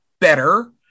better